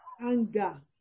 anger